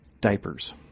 Diapers